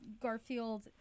Garfield